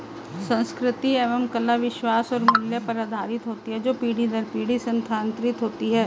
संस्कृति एवं कला विश्वास और मूल्य पर आधारित होती है जो पीढ़ी दर पीढ़ी स्थानांतरित होती हैं